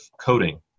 coding